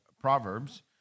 Proverbs